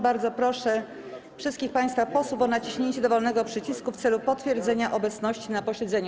Bardzo proszę wszystkich państwa posłów o naciśnięcie dowolnego przycisku w celu potwierdzenia obecności na posiedzeniu.